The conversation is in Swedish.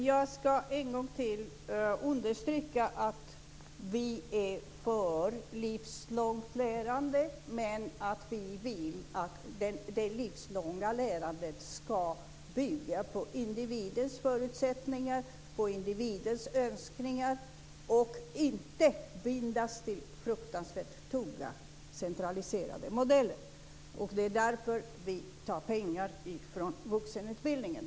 Herr talman! Jag ska understryka en gång till att vi är för livslångt lärande, men att vi vill att det livslånga lärandet ska bygga på individens förutsättningar, på individens önskningar och inte bindas till fruktansvärt tunga, centraliserade modeller. Det är därför vi tar pengar från vuxenutbildningen.